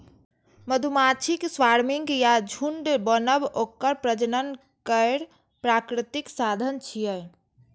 मधुमाछीक स्वार्मिंग या झुंड बनब ओकर प्रजनन केर प्राकृतिक साधन छियै